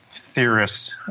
theorists